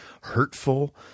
hurtful